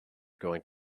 going